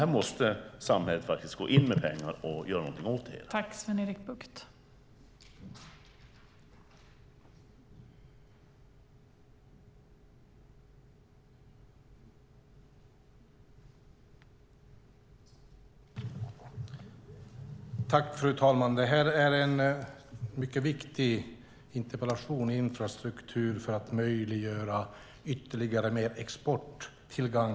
Här måste samhället gå in med pengar och göra någonting åt det hela.